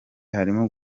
harimo